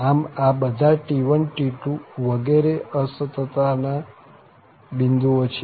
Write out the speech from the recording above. આમ આ બધા t1 t2 વિગેરે અસતતતા ના બિંદુઓ છે